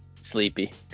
Sleepy